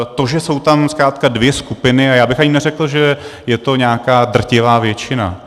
To, že jsou tam zkrátka dvě skupiny, a já bych ani neřekl, že je to nějaká drtivá většina.